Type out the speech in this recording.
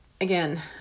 again